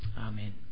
Amen